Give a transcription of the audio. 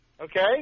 Okay